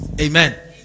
Amen